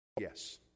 yes